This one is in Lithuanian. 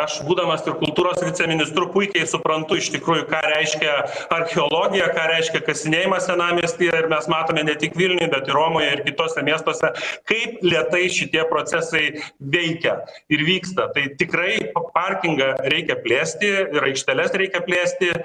aš būdamas ir kultūros viceministru puikiai suprantu iš tikrųjų ką reiškia archeologija ką reiškia kasinėjimas senamiestyje ir mes matome ne tik vilniuj bet romoj kituose miestuose kaip lėtai šitie procesai veikia ir vyksta tai tikrai o parkingą reikia plėsti ir aikšteles reikia plėsti